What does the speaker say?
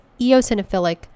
eosinophilic